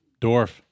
dwarf